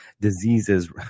diseases